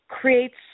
creates